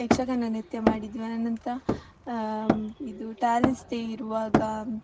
ಯಕ್ಷಗಾನ ನೃತ್ಯ ಮಾಡಿದ್ವಿ ಆನಂತರ ಇದು ಟಾಲೆಂಟ್ಸ್ ಡೇ ಇರುವಾಗ